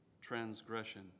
transgression